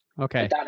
Okay